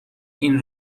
این